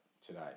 today